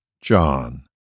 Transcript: John